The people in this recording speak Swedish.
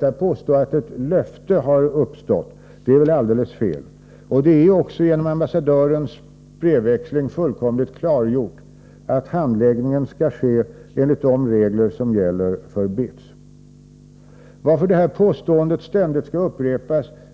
Att påstå att ett löfte har givits är alldeles fel. Genom ambassadörens brevväxling är det också fullkomligt klargjort att handläggningen skall ske enligt de regler som gäller för BITS. Varför påståendet